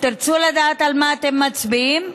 תרצו לדעת על מה אתם מצביעים?